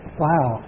wow